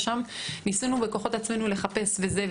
ניסינו בכוחות עצמנו לחפש וזה,